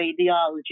radiology